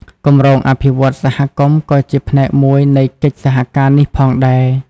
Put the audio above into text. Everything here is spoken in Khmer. គម្រោងអភិវឌ្ឍន៍សហគមន៍ក៏ជាផ្នែកមួយនៃកិច្ចសហការនេះផងដែរ។